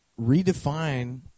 redefine